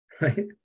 right